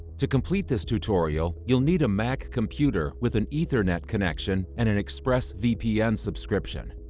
to complete this tutorial, you'll need a mac computer with an ethernet connection and an expressvpn subscription.